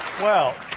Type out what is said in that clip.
well,